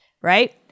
right